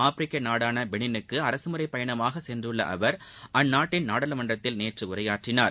ஆப்ரிரிக்க நாடான பெனினுக்கு அரசமுறை பயணமாக சென்றுள்ள அவர் அந்நாட்டின் நாடாளுமன்றத்தில் நேற்று உரையாற்றினார்